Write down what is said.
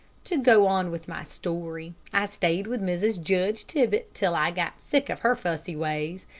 to go on with my story i stayed with mrs. judge tibbett till i got sick of her fussy ways.